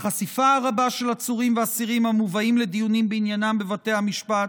החשיפה הרבה של עצורים ואסירים המובאים לדיונים בעניינם בבתי המשפט,